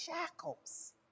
shackles